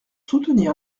soutenir